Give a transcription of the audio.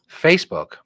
Facebook